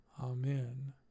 Amen